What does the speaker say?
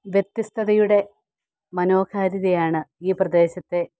വ്യത്യസ്തതയുടെ മനോഹാരിതയാണ് ഈ പ്രദേശത്തെ